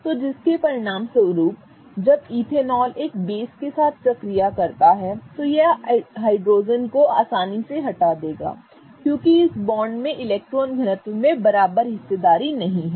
तो जिसके परिणामस्वरूप जब इथेनॉल एक बेस के साथ प्रतिक्रिया करता है तो यह हाइड्रोजन को आसानी से हटा देगा क्योंकि इस बॉन्ड में इलेक्ट्रॉन घनत्व में बराबर हिस्सेदारी नहीं है